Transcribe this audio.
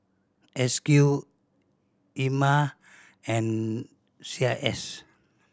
S Q Ema and C I S